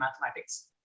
mathematics